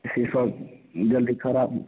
सिसो जल्दी खराब